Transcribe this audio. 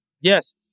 Yes